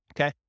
okay